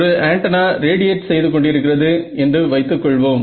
ஒரு antenna radiate செய்து கொண்டிருக்கிறது என்று வைத்து கொள்வோம்